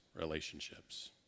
relationships